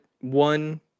one